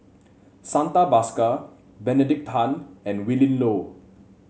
Santha Bhaskar Benedict Tan and Willin Low